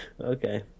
Okay